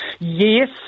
Yes